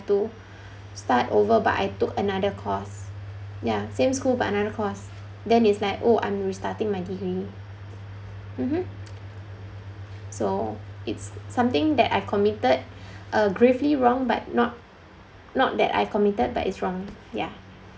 I've to start over but I took another course ya same school but another course then is like oh I'm restarting my degree mmhmm so it's something that I've committed a gravely wrong but not not that I committed but it's wrong ya